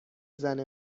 زنه